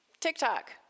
TikTok